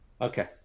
Okay